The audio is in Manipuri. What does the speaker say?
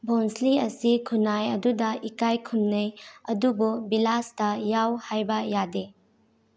ꯕꯣꯟꯁꯂꯤ ꯑꯁꯤ ꯈꯨꯟꯅꯥꯏ ꯑꯗꯨꯗ ꯏꯀꯥꯏ ꯈꯨꯝꯅꯩ ꯑꯗꯨꯕꯨ ꯕꯤꯂꯥꯁꯇ ꯌꯥꯎ ꯍꯥꯏꯕ ꯌꯥꯗꯦ